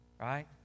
Right